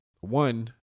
one